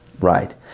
right